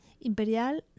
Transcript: imperial